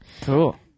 Cool